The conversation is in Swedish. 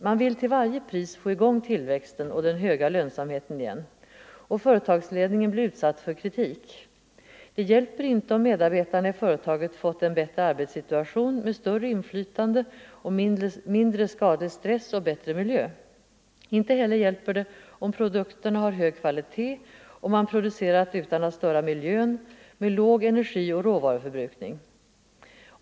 Man vill till varje pris få i gång tillväxten och den höga lönsamheten igen. Och företagsledningen blir utsatt för kritik. Det hjälper inte om medarbetarna i företaget fått en bättre arbetssituation med större inflytande, mindre skadlig stress och bättre miljö. Inte heller hjälper det om produkterna har hög kvalitet, om man producerat utan att störa miljön, med låg energi-och råvaruförbrukning.